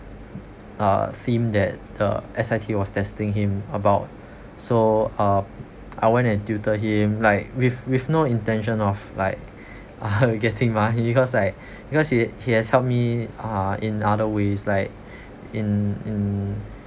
uh theme that the S_I_T was testing him about so uh I went and tutor him like with with no intention of like getting money because like because he he has helped me uh in other ways like in in